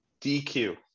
DQ